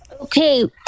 Okay